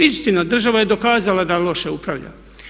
Istina, država je dokazala da loše upravlja.